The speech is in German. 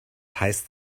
heißt